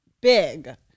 big